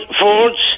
Fords